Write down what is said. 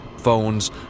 phones